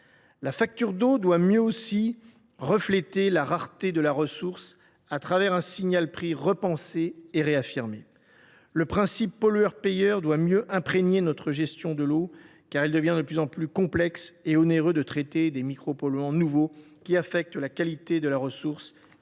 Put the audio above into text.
La facture d’eau doit aussi mieux refléter la rareté de la ressource au travers d’un signal prix repensé et réaffirmé. Le principe pollueur payeur doit mieux imprégner notre gestion de l’eau, car il devient de plus en plus complexe et onéreux de traiter les micropolluants nouveaux qui affectent la qualité de la ressource